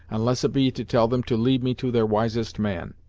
unless it be to tell them to lead me to their wisest man